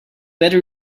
better